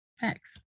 Thanks